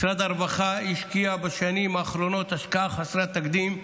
משרד הרווחה השקיע בשנים האחרונות השקעה חסרת תקדים,